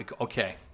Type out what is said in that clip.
okay